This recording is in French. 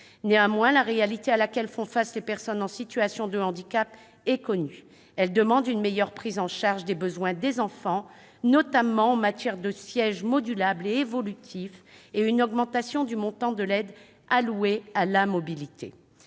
Néanmoins, la réalité à laquelle font face les personnes en situation de handicap est connue : elles demandent une meilleure prise en charge des besoins des enfants, notamment en matière de sièges modulables et évolutifs, et une augmentation du montant de l'aide allouée à la mobilité.